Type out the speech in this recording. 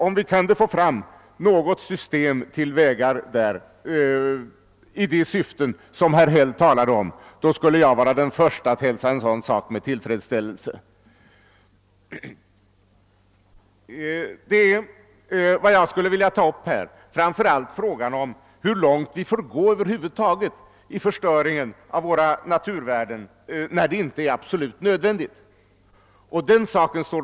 Om vi kunde skapa ett system av vägar med det syfte som herr Häll talade om, så skulle jag vara den förste att hälsa det med tillfredsställelse. Vi måste beundra det arbete som har skisserats i denna proposition. Även den som inte är tekniker blir onekligen gripen av det hela.